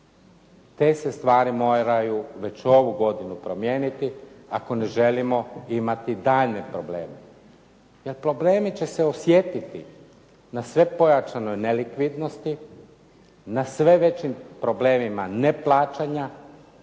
Te se stvari moraju već ovu godinu promijeniti ako ne želimo imati daljnje probleme, jer problemi će se osjetiti na sve pojačanoj nelikvidnosti, na sve većim problemima neplaćanja